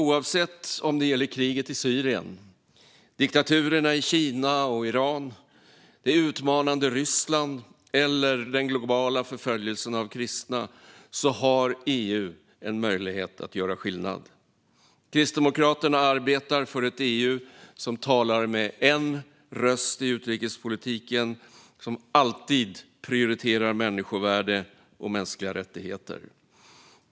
Oavsett om det gäller kriget i Syrien, diktaturerna i Kina och Iran, det utmanande Ryssland eller den globala förföljelsen av kristna har EU en möjlighet att göra skillnad. Kristdemokraterna arbetar för ett EU som talar med en röst i utrikespolitiken och alltid prioriterar människovärde och mänskliga rättigheter.